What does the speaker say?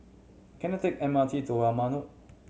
can I take M R T to Warna Road